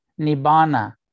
Nibbana